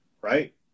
right